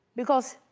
because.